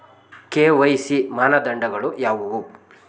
KYC ಮಾನದಂಡಗಳು ಯಾವುವು?